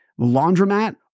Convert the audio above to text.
laundromat